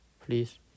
please